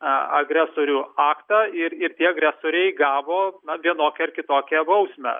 agresorių aktą ir ir tie agresoriai gavo na vienokią ar kitokią bausmę